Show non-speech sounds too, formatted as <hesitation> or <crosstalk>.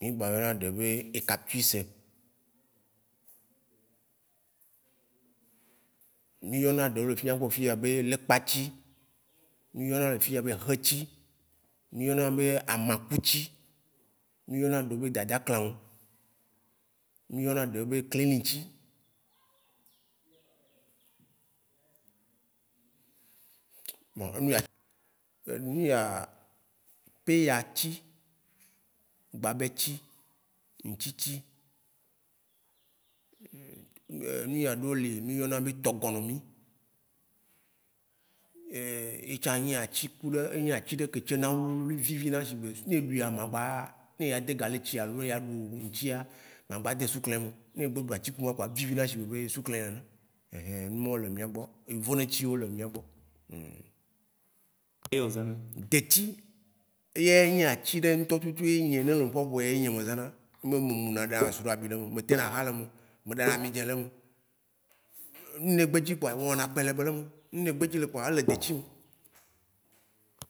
mí gba yɔna ɖe be ekaptuse, mí yɔna eɖe le fia mía gbɔ fia be lekpa tsi, mí yɔna eɖe fia be xe tsi, mí yɔna nu be amaku tsi, mí yɔna ɖewo be dada klão, mí yɔna ɖe be klini tsi. Bon nua- enu ya peya tsi, gbabɛ tsi, ŋtsi tsi, <hesitation> nu ya ɖo le mí yɔna be tɔgɔnɔ mí, <hesitation> etsã nyi atsi ƒu ɖe atsi ɖe ke tse na wuli wuli vivi na shigbe ne eɖui amakpa, ne e ya de gali tsi alo e ya ɖu ŋtsi ya, ma gba do sukle emeo, evina shigbe sukle nene. <hesitation> Numɔo le mía gbɔ, yevo nɛ tsi wo le mía gbɔ <hesitation> <noise> De tsi, eya ye nyi atsi ɖe ŋtɔ tutu ye nye ne noƒɔƒo ya ye nye me zãna. <unintelligible> me me na soɖabi le me, me de hã le me, me ɖana amidzɛ le me, ŋɖe kpe dzi kpoa me wɔna kpɛlɛbɛ le me, ŋɖekpe le dzi kpoa ele detsi me.